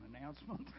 announcement